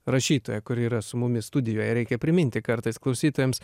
rašytoja kuri yra su mumis studijoje reikia priminti kartais klausytojams